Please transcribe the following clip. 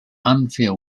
unfair